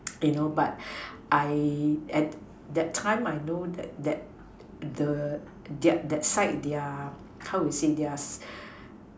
you know but I at that time I know that that the their that side their how to say their